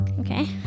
Okay